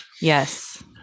Yes